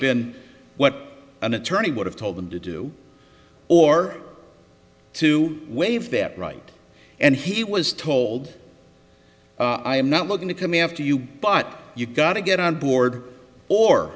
been what an attorney would have told him to do or to waive that right and he was told i am not looking to come after you but you gotta get on board or